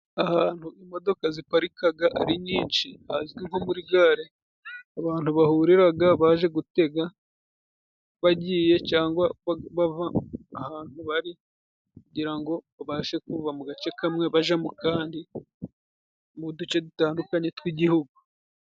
Ahantu imodoka ziparikaga ari nyinshi hazwi nko muri gare, abantu bahuriraga baje gutega bagiye cangwa bava ahantu bari kugira ngo babashe kuva mu gace kamwe baja mu kandi, mu duce dutandukanye tw'igihugu.